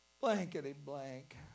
blankety-blank